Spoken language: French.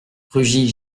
rugit